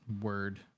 word